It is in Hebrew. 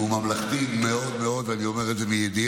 הוא ממלכתי מאוד מאוד, ואני אומר את זה מידיעה.